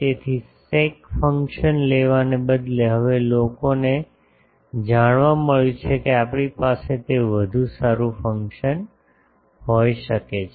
તેથી sec function લેવાને બદલે હવે લોકોને જાણવા મળ્યું છે કે આપણી પાસે તે વધુ સારું ફંકશન હોય શકે છે